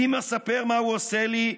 // אם אספר מה הוא עושה לי,